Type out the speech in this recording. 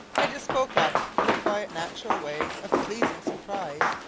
i just spoke up in a quite natural way of pleasing surprise,